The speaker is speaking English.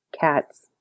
CATS